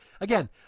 again